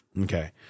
Okay